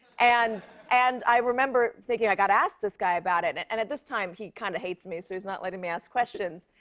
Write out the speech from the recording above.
and and i remember thinking, i got to ask this guy about it, and and at this time, he kind of hates me, so he's not letting me ask questions.